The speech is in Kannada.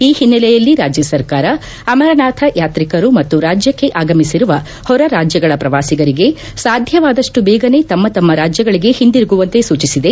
ಈ ಹಿನ್ನೆಲೆಯಲ್ಲಿ ರಾಜ್ಯ ಸರ್ಕಾರ ಅಮರನಾಥ ಯಾತ್ರಿಕರು ಮತ್ತು ರಾಜ್ಯಕ್ಷೆ ಆಗಮಿಸಿರುವ ಹೊರ ರಾಜ್ಯಗಳ ಪ್ರವಾಸಿಗರಿಗೆ ಸಾಧ್ಯವಾದಪ್ಪು ಬೇಗನೆ ತಮ್ನ ತಮ್ನ ರಾಜ್ಯಗಳಿಗೆ ಹಿಂದಿರುಗುವಂತೆ ಸೂಚಿಸಿದೆ